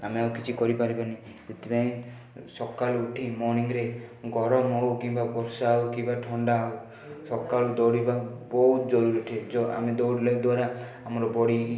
ଆମେ ଆଉ କିଛି କରିପାରିବାନି ସେଥିପାଇଁ ସକାଳୁ ଉଠି ମର୍ଣିଙ୍ଗରେ ଗରମ ହେଉ କିମ୍ବା ବର୍ଷା ହେଉ କିବା ଥଣ୍ଡା ହେଉ ସକାଳୁ ଦୌଡ଼ିବା ବହୁତ ଜରୁରୀ ଅଟେ ଯ ଆମେ ଦୌଡ଼ିଲା ଦ୍ୱାରା ଆମର ବଡ଼ି